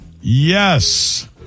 Yes